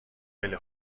خیلی